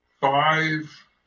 five